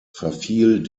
verfiel